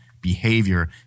behavior